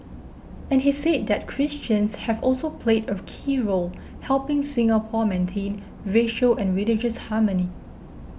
and he say that Christians have also played a key role helping Singapore maintain racial and religious harmony